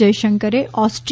જયશંકરે ઓસ્ત્રી